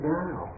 now